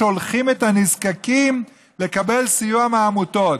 שולחת את הנזקקים לקבל סיוע מהעמותות,